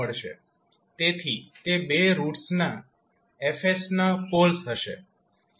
તેથી તે બે રૂટ્સના F ના પોલ્સ હશે